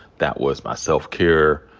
that was my self-care.